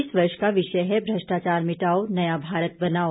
इस वर्ष का विषय है भ्रष्टाचार मिटाओ नया भारत बनाओ